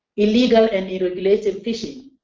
illegal and unregulated fishing,